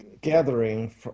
gathering